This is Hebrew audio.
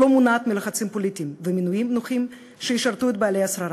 שלא מונעת מלחצים פוליטיים ומינויים נוחים שישרתו את בעלי השררה.